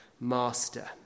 master